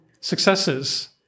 successes